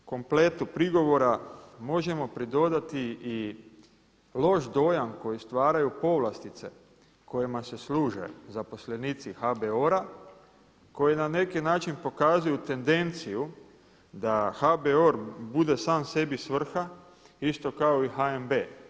Cijelom ovom, dakle kompletu prigovora možemo pridodati i loš dojam koji stvaraju povlastice kojima se služe zaposlenici HBOR-a koji na neki način pokazuju tendenciju da HBOR bude sam sebi svrha isto kao i HNB.